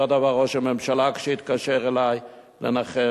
אותו הדבר ראש הממשלה כשהתקשר אלי לנחם.